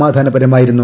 സമാധാനപരമായിരുന്നു